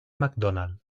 macdonald